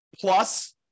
plus